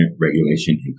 Regulation